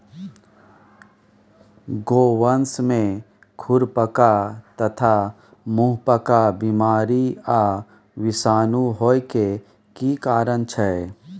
गोवंश में खुरपका तथा मुंहपका बीमारी आ विषाणु होय के की कारण छै?